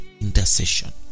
intercession